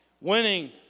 Winning